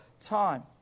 time